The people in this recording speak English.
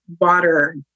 water